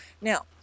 Now